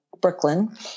Brooklyn